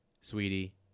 sweetie